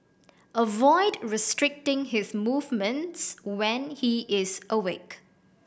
avoid restricting his movements when he is awake